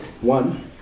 One